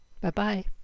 Bye-bye